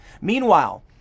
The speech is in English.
Meanwhile